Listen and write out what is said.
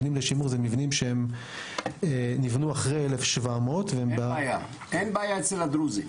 שהם נבנו אחרי 1700 --- אין בעיה אצל הדרוזים,